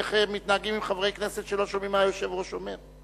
איך מתנהגים עם חברי כנסת שלא שומעים מה היושב-ראש אומר.